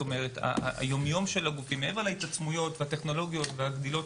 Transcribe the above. היום-יום של הגופים מעבר להתעצמות ולטכנולוגיות והגדילה,